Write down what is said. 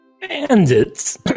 Bandits